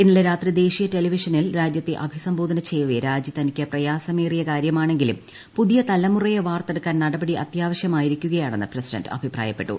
ഇന്നലെ രാത്രി ദേശീയ ടെലിവിഷനിൽ രാജ്യത്തെ അഭിസംബോധന ചെയ്യവേ രാജി തനിക്ക് പ്രയാസമേറിയ കാര്യമാണെങ്കിലും പുതിയ തലമുറയെ വാർത്തെടുക്കാൻ നടപടി അത്യാവശ്യമായിരിക്കുകയാണെന്ന് പ്രസിഡന്റ് അഭിപ്രായപ്പെട്ടു